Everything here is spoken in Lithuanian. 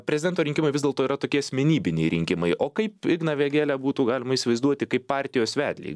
prezidento rinkimai vis dėlto yra tokie asmenybiniai rinkimai o kaip igną vėgelę būtų galima įsivaizduoti kaip partijos vedlį